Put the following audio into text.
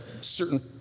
certain